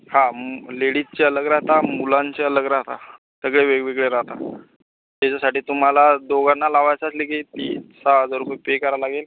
हां लेडीजचे अलग राहतात मुलांचे अलग राहतात सगळे वेगवेगळे राहतात त्याच्यासाठी तुम्हाला दोघांना लावायचा असले की फी सहा हजार रुपये पे करावे लागेल